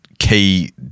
Key